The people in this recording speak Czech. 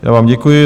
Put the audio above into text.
Já vám děkuji.